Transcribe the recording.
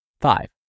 Five